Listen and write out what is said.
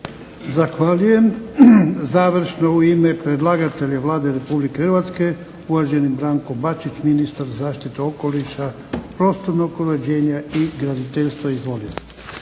Zahvaljujem. Završno u ime predlagatelja Vlade Republike Hrvatske uvaženi Branko Bačić ministar zaštite okoliša, prostornog uređenja i graditeljstva. Izvolite.